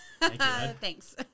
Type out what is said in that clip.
Thanks